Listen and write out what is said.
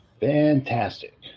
Fantastic